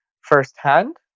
firsthand